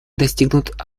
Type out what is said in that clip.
достигнут